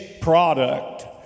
product